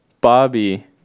Bobby